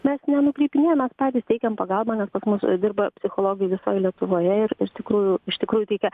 mes nenukreipinėjam mes patys teikiam pagalbą nes pas mus dirba psichologai visoj lietuvoje ir iš tikrųjų iš tikrųjų teikia